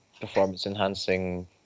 performance-enhancing